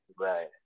Right